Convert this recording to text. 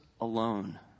alone